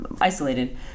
isolated